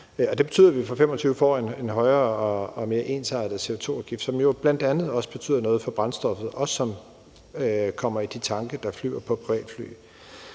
Det betyder, at vi fra 2025 får en højere og mere ensartet CO2-afgift, som bl.a. også betyder noget for brændstoffet, som kommer i tankene på privatfly.